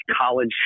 college